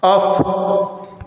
of